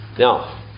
Now